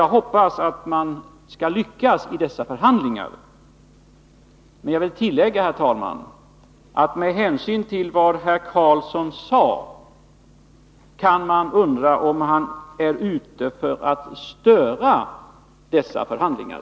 Jag hoppas att man skall lyckas i förhandlingarna. Men jag vill tillägga, herr talman, att med hänsyn till vad herr Karlsson sade kan man undra om han är ute efter att störa dessa förhandlingar.